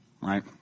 right